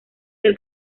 del